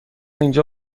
اینجا